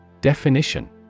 Definition